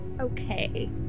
Okay